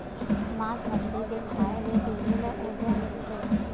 मास मछरी के खाए ले देहे ल उरजा मिलथे